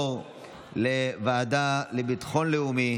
לוועדה לביטחון לאומי